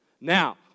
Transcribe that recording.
Now